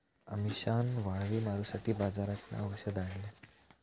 अमिशान वाळवी मारूसाठी बाजारातना औषध आणल्यान